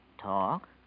Talk